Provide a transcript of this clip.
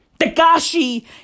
Takashi